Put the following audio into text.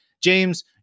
James